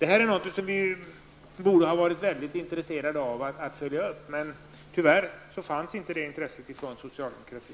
genomföra det. Alla borde ha varit intresserade av att följa upp den här saken, men tyvärr fanns inte det intresset hos socialdemokratin.